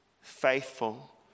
faithful